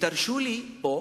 ותרשו לי פה,